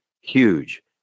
huge